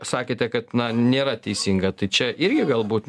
sakėte kad na nėra teisinga tai čia irgi galbūt